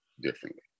differently